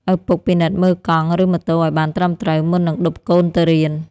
ឪពុកពិនិត្យមើលកង់ ឬម៉ូតូឱ្យបានត្រឹមត្រូវ មុននឹងឌុបកូនទៅរៀន។